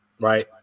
right